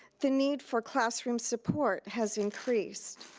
the need for classroom support has increased.